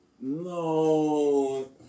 No